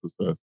success